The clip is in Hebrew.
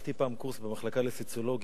לקחתי פעם קורס במחלקה לסוציולוגיה.